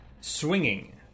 Swinging